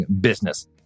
business